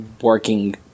working